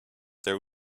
there